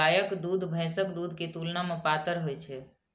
गायक दूध भैंसक दूध के तुलना मे पातर होइ छै